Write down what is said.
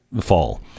fall